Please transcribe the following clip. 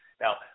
Now